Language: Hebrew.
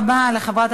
מייל,